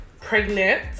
pregnant